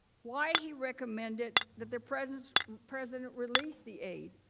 why he recommended that the president president released the aid.